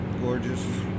gorgeous